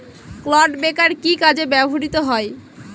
Clod breaker কি কাজে ব্যবহৃত হয়?